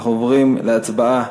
אנחנו עוברים להצבעה.